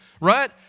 right